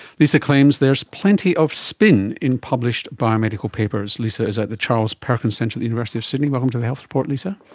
lisa claims there is plenty of spin in published biomedical papers. lisa is at the charles perkins centre at the university of sydney. welcome to the health report, lisa.